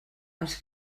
els